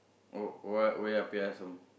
oh oh ya oya-beh-ya-som